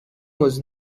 was